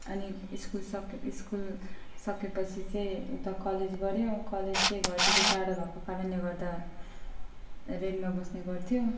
अनि स्कुल सकेर स्कुल सकेपछि चाहिँ अन्त कलेज गर्यो कलेज चाहिँ घरदेखि टाढा भएको कारणले गर्दा रेन्टमा बस्ने गर्थ्यो